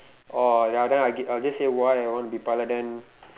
orh ya then I I'll just say why I want to be pilot then